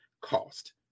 cost